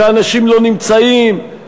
שאנשים לא נמצאים,